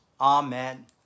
amen